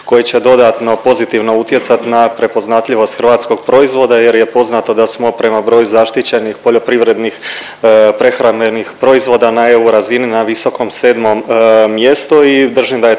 koji će dodatno pozitivno utjecat na prepoznatljivost hrvatskog proizvoda jer je poznato da smo prema broju zaštićenih poljoprivrednih prehrambenih proizvoda na eu razini na visokom sedmom mjestu